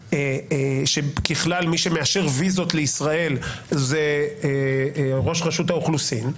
שככלל מי שמאשר ויזות לישראל זה ראש רשות האוכלוסין,